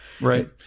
Right